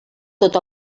tot